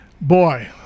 boy